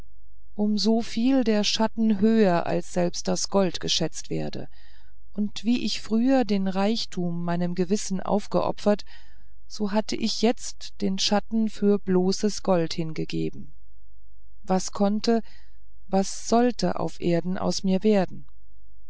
um so viel der schatten höher als selbst das gold geschätzt werde und wie ich früher den reichtum meinem gewissen aufgeopfert hatte ich jetzt den schatten für bloßes gold hingegeben was konnte was sollte auf erden aus mir werden